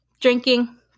drinking